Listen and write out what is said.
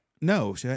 No